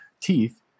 teeth